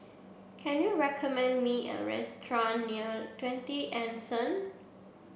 can you recommend me a restaurant near Twenty Anson